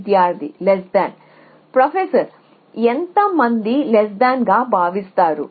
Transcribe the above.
విద్యార్థి ప్రొఫెసర్ ఎంత మంది గా భావిస్తారు